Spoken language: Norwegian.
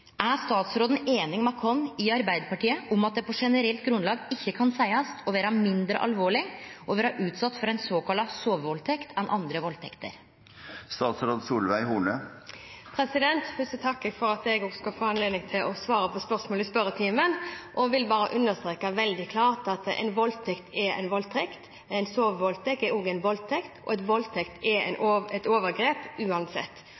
Er statsråden einig med oss i Arbeidarpartiet i at det på generelt grunnlag ikkje kan seiast å vere mindre alvorleg å vere utsett for ei såkalla sovevaldtekt enn for andre valdtekter? Først vil jeg takke for at også jeg kan få anledning til å svare på spørsmål i spørretimen. Jeg vil bare understreke veldig klart at en voldtekt er en voldtekt – en sovevoldtekt er også en voldtekt. En voldtekt er et overgrep, uansett.